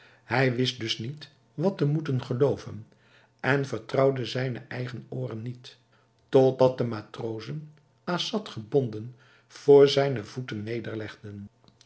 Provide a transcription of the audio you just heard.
hij wist dus niet wat te moeten gelooven en vertrouwde zijne eigen ooren niet totdat de matrozen assad gebonden voor zijne voeten